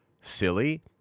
silly